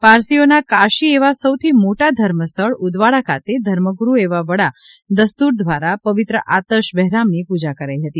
પારસીઓના કાશી એવા સૌથી મોટા ધર્મ સ્થળ ઉદવાડા ખાતે ધર્મગુરૂ એવા વડા દસ્તુર દ્વારા પવિત્ર આતશ બેહરામની પૂજા કરી હતી